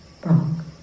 wrong